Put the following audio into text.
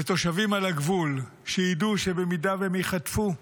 לתושבים על הגבול, שידעו שאם הם ייחטפו,